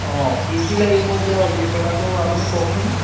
অঁ কি কি লাগিব এতিয়া অভিজ্ঞতাটো আপুনি কওকচোন